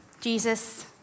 Jesus